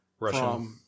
Russian